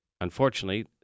unfortunately